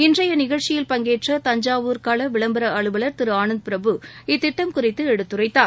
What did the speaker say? இன்றைய நிகழ்ச்சியில் பங்கேற்ற தஞ்சாவூர் கள விளம்பர அலுவலர் திரு ஆனந்த பிரபு இத்திட்டம் குறித்து எடுத்துரைத்தார்